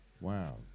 Wow